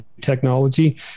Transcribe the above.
technology